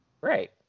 Right